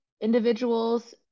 individuals